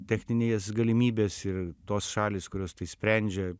techninės galimybės ir tos šalys kurios tai sprendžia